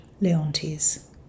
Leontes